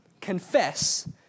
confess